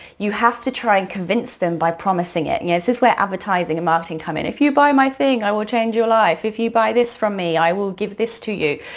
you have to try and convince them by promising it. and yeah this is where advertising and marketing come in. if you buy my thing, i will change your life. if you buy this from me, i will give this to you.